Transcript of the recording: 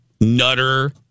Nutter